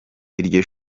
iryo